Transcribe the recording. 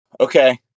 Okay